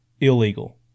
illegal